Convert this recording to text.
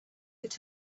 could